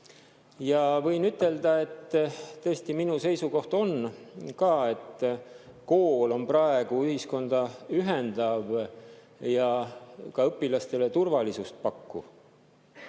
ja võin ütelda, et tõesti, minu seisukoht on ka, et kool on praegu ühiskonda ühendav ja õpilastele turvalisust pakkuv,